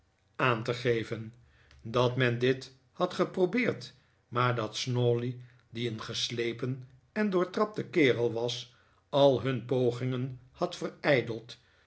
aan te geven dat men dit had geprobeerd maar dat snawley die een geslepen en doortrapte kerel was al hun pogingen had verijdeld